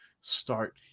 start